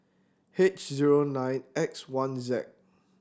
H zero nine X one Z